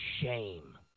shame